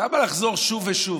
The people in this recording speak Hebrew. למה לחזור שוב ושוב?